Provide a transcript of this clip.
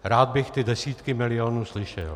Rád bych ty desítky milionů slyšel.